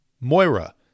Moira